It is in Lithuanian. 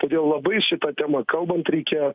todėl labai šita tema kalbant reikia